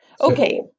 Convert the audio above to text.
Okay